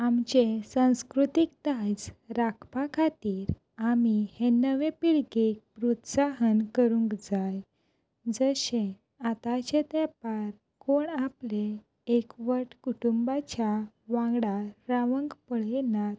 आमचे संस्कृतीक दायज राखपा खातीर आमी हे नवे पिळगेक प्रोत्साहन करूंक जाय जशें आतांचे तेपार कोण आपले एकवट कुटुंबाच्या वांगडा रावंक पळयनात